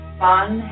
fun